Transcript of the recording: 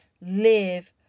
live